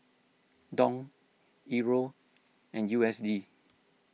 Dong Euro and U S D